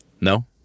No